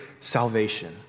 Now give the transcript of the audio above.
salvation